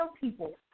people